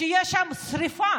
שיש שם שרפה.